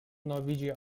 norwegia